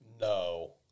No